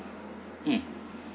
mm